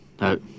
No